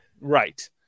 Right